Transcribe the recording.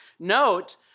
Note